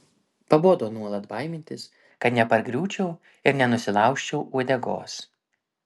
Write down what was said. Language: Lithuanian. pabodo nuolat baimintis kad nepargriūčiau ir nenusilaužčiau uodegos